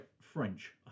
French